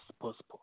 possible